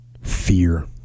fear